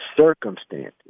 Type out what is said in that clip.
circumstances